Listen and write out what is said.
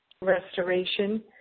restoration